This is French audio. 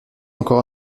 encore